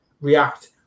react